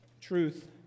truth